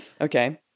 Okay